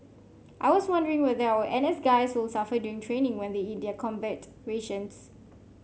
I was wondering whether our N S guys will suffer during training when they eat the combat rations